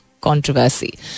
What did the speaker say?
controversy